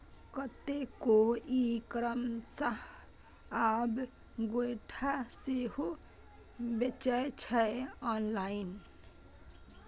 कतेको e commerce आब गोयठा सेहो बेचै छै आँनलाइन